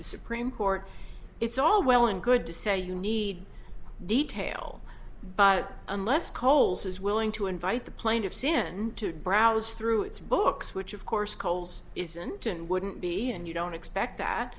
the supreme court it's all well and good to say you need detail but unless coles is willing to invite the plaintiffs in to browse through its books which of course coles isn't and wouldn't be and you don't expect